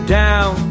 down